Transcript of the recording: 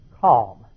calm